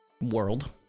world